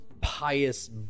pious